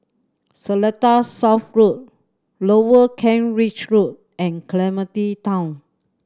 Seletar South Road Lower Kent Ridge Road and Clementi Town